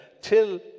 till